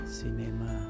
cinema